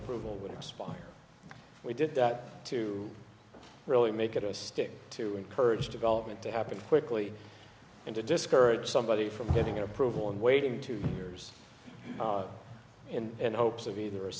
approval would expire we did that to really make it a stick to encourage development to happen quickly and to discourage somebody from getting approval and waiting two years in hopes of either a